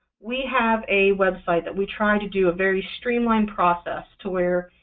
we have a website that we try to do a very streamlined process to where,